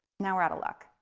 now we're out of luck.